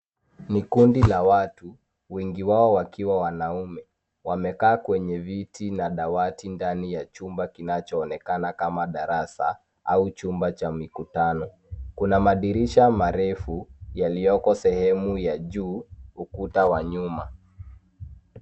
Ni kundi la watu, wengi wao wakiwa wanaume, wamekaa kwenye viti na dawati ndani ya chumba kinachoonekana kama darasa au chumba cha mikutano. Kuna madirisha marefu yaliyoko sehemu ya juu, ukuta wa nyuma.